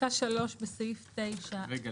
פסקה 3 בסעיף 9 --- רגע,